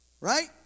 right